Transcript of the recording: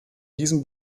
diesem